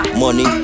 money